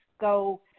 go